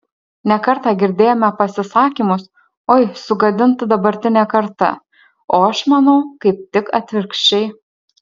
ne kartą girdėjome pasisakymus oi sugadinta dabartinė karta o aš manau kaip tik atvirkščiai